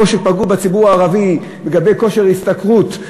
שפגעו בציבור הערבי לגבי כושר השתכרות,